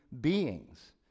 beings